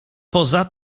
poza